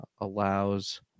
allows